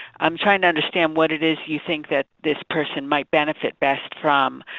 i'm trying to understand what it is you think that this person might benefit best from.